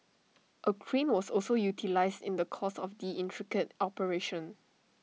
A crane was also utilised in the course of the intricate operation